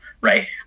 right